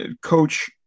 Coach